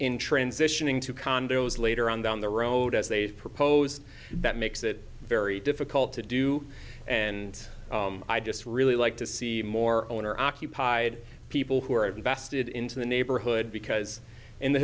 in transitioning to condos later on down the road as they propose that makes it very difficult to do and i just really like to see more owner occupied people who are invested into the neighborhood because in the